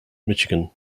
michigan